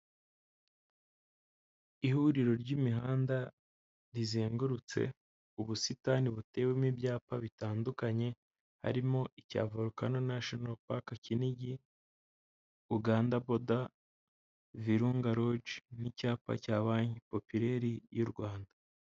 Ihuriro ry'imihanda rizengurutse ubusitani butewemo ibyapa bitandukanye, harimo icya volukano nashino paka Kinigi, Uganda boda, Virunga loji n'icyapa cya Banki Popireli y'u Rwanda.